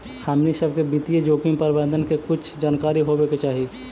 हमनी सब के वित्तीय जोखिम प्रबंधन के कुछ जानकारी होवे के चाहि